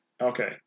Okay